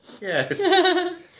yes